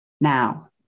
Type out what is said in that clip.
now